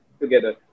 together